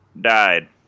died